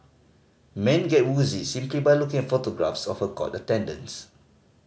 men get woozy simply by looking at photographs of her court attendance